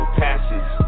passes